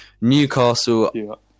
newcastle